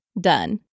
Done